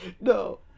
No